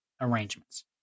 arrangements